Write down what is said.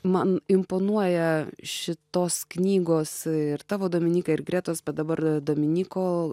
man imponuoja šitos knygos ir tavo dominykai ir gretos bet dabar dominyko